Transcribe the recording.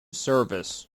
service